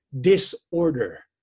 disorder